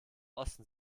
osten